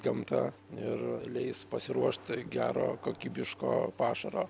gamta ir leis pasiruošt gero kokybiško pašaro